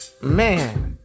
man